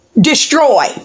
destroy